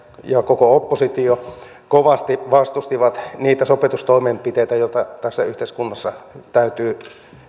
ja koko oppositio kovasti vastustivat niitä sopeutustoimenpiteitä joita tässä yhteiskunnassa täytyy